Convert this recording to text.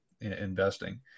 investing